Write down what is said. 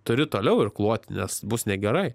turiu toliau irkluoti nes bus negerai